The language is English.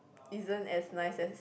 isn't as nice as